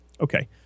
okay